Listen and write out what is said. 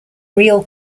real